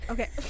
Okay